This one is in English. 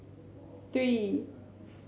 three